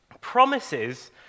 Promises